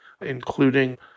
including